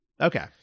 Okay